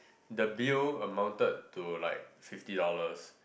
the bill amounted to like fifty dollars